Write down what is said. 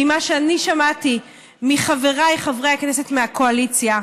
ממה שאני שמעתי מחבריי חברי הכנסת מהקואליציה,